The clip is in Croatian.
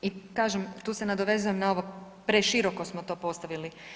I kažem, tu se nadovezujem na ovo preširoko smo to postavili.